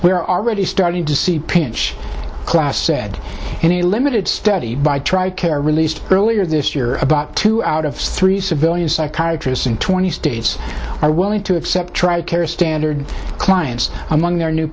there are ready starting to see pinch class said in a limited study by tri care released earlier this year about two out of three civilian psychiatrists in twenty states are willing to accept tri care standard clients among their new